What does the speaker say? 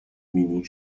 مینی